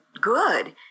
good